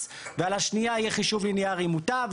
ועל השנייה יהיה חישוב ליניארי מוטב,